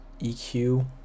eq